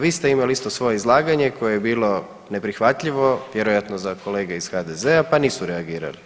Vi ste isto imali svoje izlaganje koje je bilo neprihvatljivo vjerojatno za kolege iz HDZ-a pa nisu reagirali.